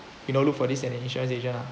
you know look for this in an insurance agent ah